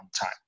time